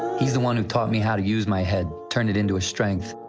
he's the one who taught me how to use my head. turn it into a strength.